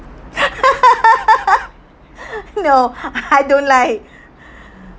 no I don't like